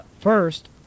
First